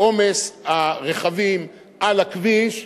עומס הרכבים על הכביש,